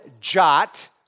jot